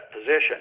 position